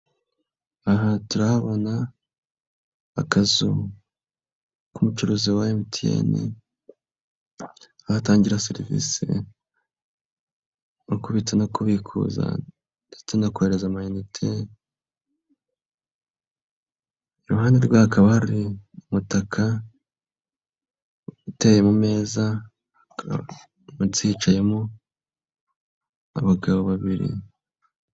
Aha turahabona akazu k'umucuruzi wa MTN. Ahatangira serivisi yo kubitsa no kubikuza ndetse no kohereza amayinite. Iruhande rwe hakaba hari umutaka uteye mu meza, hakaba munsi hicayemo abagabo babiri.